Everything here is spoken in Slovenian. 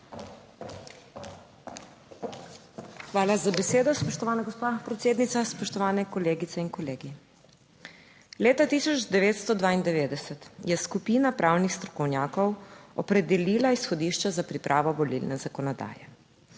Hvala za besedo, spoštovana gospa predsednica, spoštovane kolegice in kolegi. Leta 1992 je skupina pravnih strokovnjakov opredelila izhodišča za pripravo volilne zakonodaje.